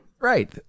Right